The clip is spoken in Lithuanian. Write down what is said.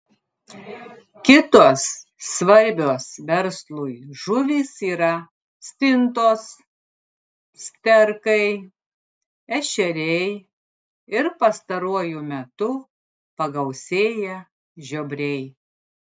kitos svarbios verslui žuvys yra stintos sterkai ešeriai ir pastaruoju metu pagausėję žiobriai